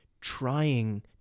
trying